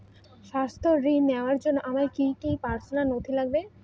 স্বাস্থ্য ঋণ নেওয়ার জন্য আমার কি কি পার্সোনাল নথি লাগবে?